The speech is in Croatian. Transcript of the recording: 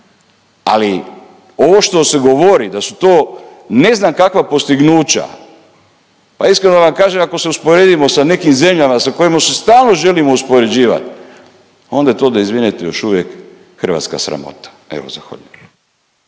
ali ovo što se govori da su to ne znam kakva postignuća, pa iskreno da vam kažem ako se usporedimo sa nekim zemljama sa kojim se stalno želimo uspoređivat onda je to da izvinete još uvijek hrvatska sramota, evo zahvaljujem.